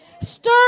Stir